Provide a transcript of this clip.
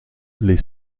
les